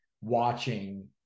watching